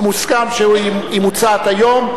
ומוסכם שהיא מוצעת היום.